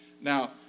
Now